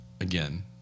again